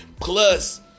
Plus